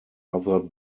other